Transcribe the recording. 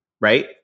right